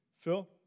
Phil